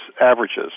averages